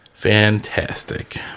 fantastic